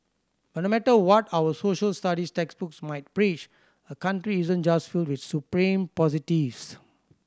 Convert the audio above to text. but no matter what our Social Studies textbooks might preach a country isn't just filled with supreme positives